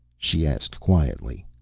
she asked quietly.